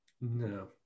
No